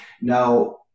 Now